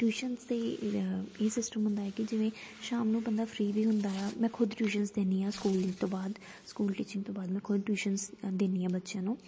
tuitions 'ਤੇ ਇਹ system ਹੁੰਦਾ ਹੈ ਕਿ ਜਿਵੇਂ ਸ਼ਾਮ ਨੂੰ ਬੰਦਾ ਫਰੀ ਵੀ ਹੁੰਦਾ ਆ ਮੈਂ ਖ਼ੁਦ ਟਿਊਸ਼ਨਸ ਦਿੰਦੀ ਹਾਂ ਤੋਂ ਬਾਅਦ ਸਕੂਲ ਟੀਚਿੰਗ ਤੋਂ ਬਾਅਦ ਮੈਂ ਖ਼ੁਦ ਟਿਊਸ਼ਨਸ ਦਿੰਦੀ ਹਾਂ ਬੱਚਿਆਂ ਨੂੰ